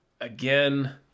again